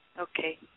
Okay